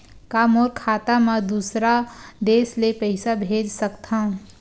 का मोर खाता म दूसरा देश ले पईसा भेज सकथव?